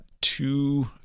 two